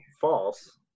false